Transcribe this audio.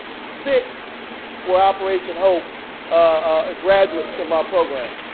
six were operation hope ah graduates of our program.